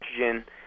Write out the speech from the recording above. nitrogen